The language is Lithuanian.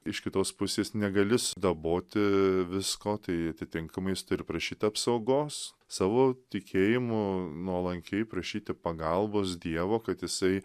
iš kitos pusės negali sudaboti visko tai atitinkamais ir prašyt apsaugos savo tikėjimu nuolankiai prašyti pagalbos dievo kad jisai